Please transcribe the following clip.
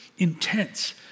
intense